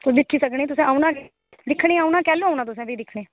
ते दिक्खी सकने ते तुसें औना के दिक्खनै गी औना ते कैलूं औना तुसे दिक्खनै ई